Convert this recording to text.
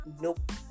nope